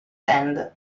end